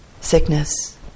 sickness